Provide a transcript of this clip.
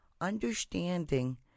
understanding